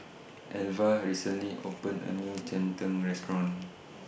Elva recently opened A New Cheng Tng Restaurant